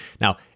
Now